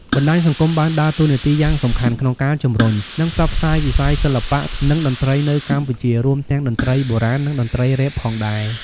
បណ្ដាញសង្គមបានដើរតួនាទីយ៉ាងសំខាន់ក្នុងការជំរុញ និងផ្សព្វផ្សាយវិស័យសិល្បៈ និងតន្ត្រីនៅកម្ពុជា រួមទាំងតន្ត្រីបុរាណ និងតន្ត្រីរ៉េបផងដែរ។